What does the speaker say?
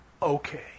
Okay